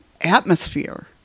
atmosphere